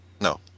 No